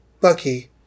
Bucky